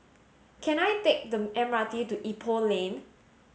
can I take the M R T to Ipoh Lane